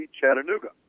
Chattanooga